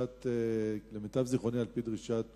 למיטב זיכרוני, על-פי דרישת